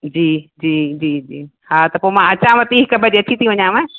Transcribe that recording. जी जी जी जी हा त पोइ मां अचावती हिकु ॿजे अची थी वञाव